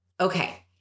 Okay